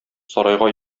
сарайга